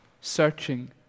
searching